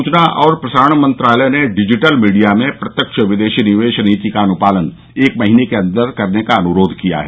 सूचना और प्रसारण मंत्रालय ने डिजिटल मीडिया में प्रत्यक्ष विदेशी निवेश नीति का अनुपालन एक महीने के अंदर करने का अनुरोध किया है